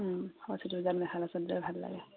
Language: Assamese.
সৰস্বতী পূজাত মেখেলা চাদৰেই ভাল লাগে